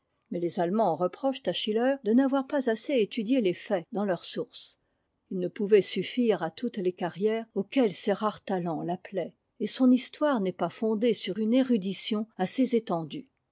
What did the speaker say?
mais les allemands reprochent à schiller de n'avoir'pas assez étudié les faits dans leurs sources il ne fpouvait suffire à toutes les carrières auxquelles ses rares talents l'appelaient et son histoire n'est pas fondée sur une érudition assez étendue